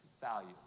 value